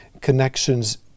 connections